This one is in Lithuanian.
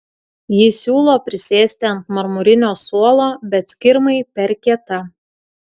ji siūlo prisėsti ant marmurinio suolo bet skirmai per kieta